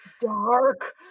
dark